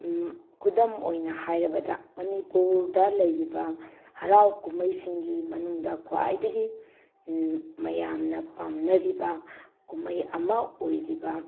ꯈꯨꯗꯝ ꯑꯣꯏꯅ ꯍꯥꯏꯔꯕꯗ ꯃꯅꯤꯄꯨꯔꯗ ꯂꯩꯔꯤꯕ ꯍꯔꯥꯎ ꯀꯨꯝꯍꯩꯁꯤꯡꯒꯤ ꯃꯅꯨꯡꯗ ꯈ꯭ꯋꯥꯏꯗꯒꯤ ꯃꯌꯥꯝꯅ ꯄꯥꯝꯅꯔꯤꯕ ꯀꯨꯝꯍꯩ ꯑꯃ ꯑꯣꯏꯔꯤꯕ